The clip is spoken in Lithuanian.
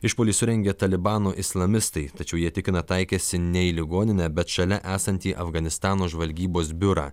išpuolį surengė talibano islamistai tačiau jie tikina taikęsi ne į ligoninę bet šalia esantį afganistano žvalgybos biurą